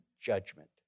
judgment